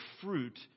fruit